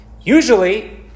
Usually